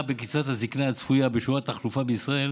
בקצבת הזקנה הצפויה ובשיעורי התחלופה בישראל